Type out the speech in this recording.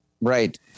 Right